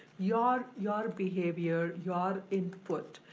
your your behavior, your input,